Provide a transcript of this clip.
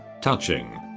touching